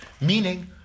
Meaning